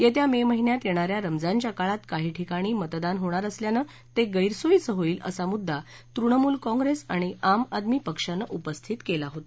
येत्या मे महिन्यात येणाऱ्या रमजानच्या काळात काही ठिकाणी मतदान होणार असल्यानं ते गस्खोयीचं होईल असा मुद्दा तृणमूल काँग्रेस आणि आम आदमी पक्षानं उपस्थित केला होता